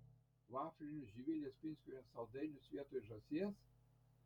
vaflinius živilės pinskuvienės saldainius vietoj žąsies